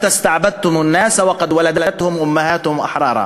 מתא אסתעבּדתם א-נאס וקד ולדתהם אמהאתהם אחרארן,